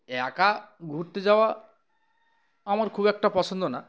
একা ঘুরতে যাওয়া আমার খুব একটা পছন্দ না